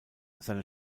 seine